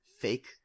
fake